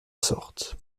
sorte